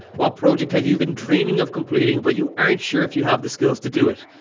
what project have you been dreaming of completing, but you aren't sure if you have the skills to do it.